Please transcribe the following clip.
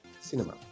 Cinema